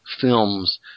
films